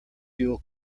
fuel